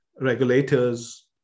regulators